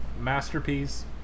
Masterpiece